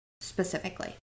Specifically